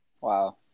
Wow